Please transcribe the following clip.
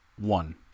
one